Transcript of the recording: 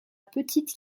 petite